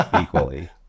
equally